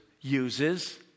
uses